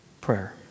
Prayer